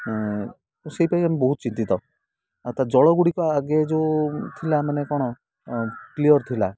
ସେଥିପାଇଁ ଆମେ ବହୁତ ଚିନ୍ତିତ ଆଉ ତା ଜଳ ଗୁଡ଼ିକ ଆଗେ ଯେଉଁ ଥିଲା ମାନେ କ'ଣ କ୍ଲିଅର୍ ଥିଲା